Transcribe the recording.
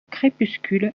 crépuscule